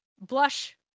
blush